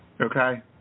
okay